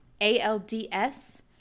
A-L-D-S